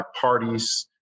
parties